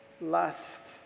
lust